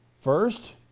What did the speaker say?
First